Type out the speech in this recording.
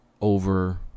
over